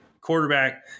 quarterback